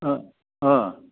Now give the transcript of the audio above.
ओह ओह